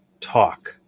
talk